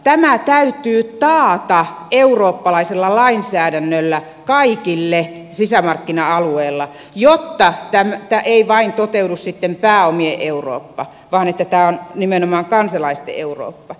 tämä täytyy taata eurooppalaisella lainsäädännöllä kaikille sisämarkkina alueella jotta ei vain toteudu sitten pääomien eurooppa vaan tämä on nimenomaan kansalaisten eurooppa